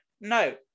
No